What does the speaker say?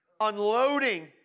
unloading